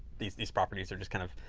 these these properties are just kind of,